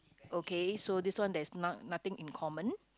okay so this one there's no~ nothing in common